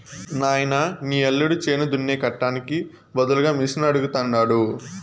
నాయనా నీ యల్లుడు చేను దున్నే కట్టానికి బదులుగా మిషనడగతండాడు